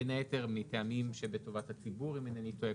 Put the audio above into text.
בין היתר מטעמים שבטובת הציבור אם אינני טועה.